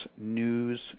news